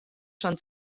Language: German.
schon